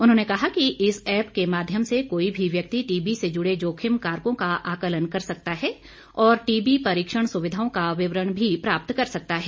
उन्होंने कहा कि इस एप्प के माध्यम से कोई भी व्यक्ति टीबी से जुड़े जोखिम कारकों का आकलन कर सकता है और टीबी परीक्षण सुविधाओं का विवरण भी प्राप्त कर सकता है